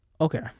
Okay